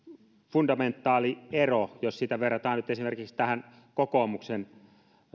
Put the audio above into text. fundamentaali ero jos sitä verrataan nyt esimerkiksi tähän kokoomuksen